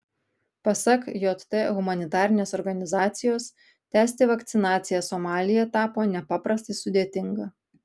pasak jt humanitarinės organizacijos tęsti vakcinaciją somalyje tapo nepaprastai sudėtinga